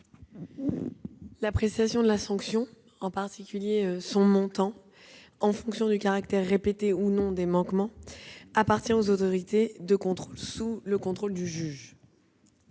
L'appréciation de la sanction, en particulier de son montant, en fonction du caractère répété ou non des manquements, appartient aux autorités de contrôle, sous